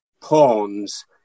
pawns